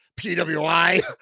PWI